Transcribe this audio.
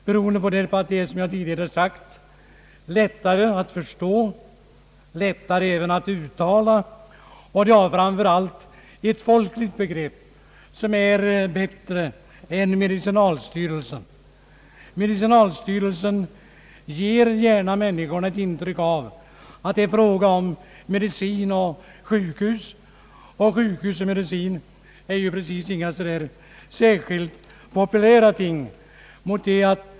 Namnet socialstyrelsen är, som jag tidigare sagt, lättare att förstå och även att uttala; och framför allt är det ur folkets synpunkt ett bättre begrepp än medicinalstyrelsen, som gärna ger människorna intryck av att det är fråga om medicin och sjukhus, ting som ju inte precis är populära.